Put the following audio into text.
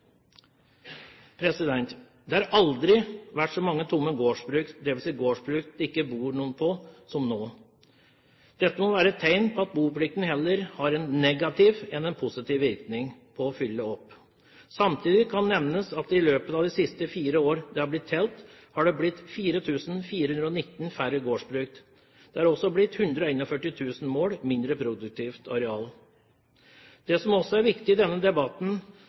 Det har aldri vært så mange tomme gårdsbruk, dvs. gårdsbruk det ikke bor noen på, som nå. Dette må være et tegn på at boplikten heller har en negativ enn en positiv virkning på å fylle opp. Samtidig kan nevnes at i løpet av de siste fire år det har blitt telt, har det blitt 4 419 færre gårdsbruk. Det er også blitt 141 000 mål mindre produktivt areal. Det som også er viktig i denne debatten,